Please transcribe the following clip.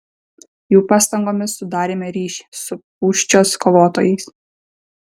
jų pastangomis sudarėme ryšį su pūščios kovotojais